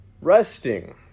resting